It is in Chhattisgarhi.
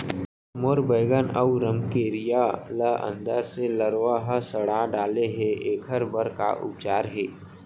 मोर बैगन अऊ रमकेरिया ल अंदर से लरवा ह सड़ा डाले हे, एखर बर का उपचार हे?